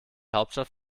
hauptstadt